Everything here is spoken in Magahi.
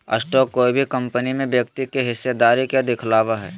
स्टॉक कोय भी कंपनी में व्यक्ति के हिस्सेदारी के दिखावय हइ